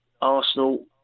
Arsenal